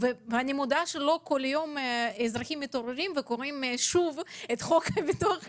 אני מודה שלא כל יום אזרחים מתעוררים וקוראים את חוק הביטוח הלאומי.